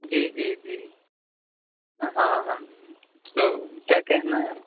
جی جی جی ہاں ہاں تو کیا کہنا ہے